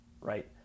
right